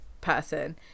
person